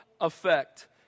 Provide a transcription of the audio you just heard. effect